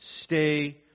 Stay